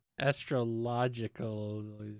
astrological